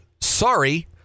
Sorry